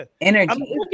energy